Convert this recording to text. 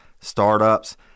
startups